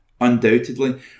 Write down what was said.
Undoubtedly